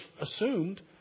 assumed